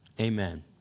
amen